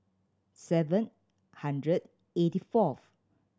seven hundred eighty fourth